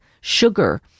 sugar